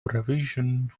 revision